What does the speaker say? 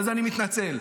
אני מתנצל.